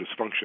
dysfunction